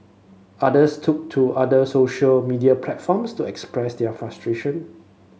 others took to other social media platforms to express their frustration